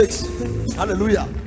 hallelujah